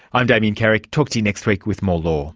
i'm damien carrick, talk to you next week with more law